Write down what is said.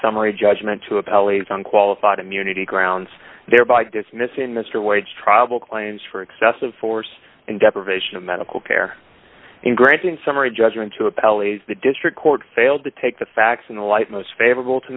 summary judgment to appellate on qualified immunity grounds thereby dismissing mr wade strobl claims for excessive force and deprivation of medical care in granting summary judgment to a bally's the district court failed to take the facts in the light most favorable to